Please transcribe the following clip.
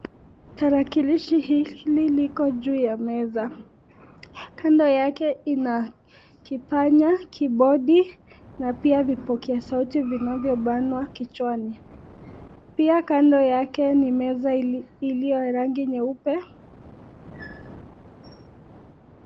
Tarakilishi hili liko juu ya meza. Kando yake ina kipanya, kibodi na pia vipokea sauti vinavyobanwa kichwani. Pia kando yake ni meza iliyo rangi nyeupe.